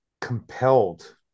compelled